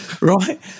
Right